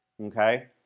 okay